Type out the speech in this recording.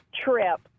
trip